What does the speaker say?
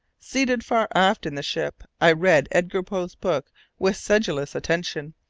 seated far aft in the ship, i read edgar poe's book with sedulous attention,